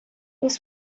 was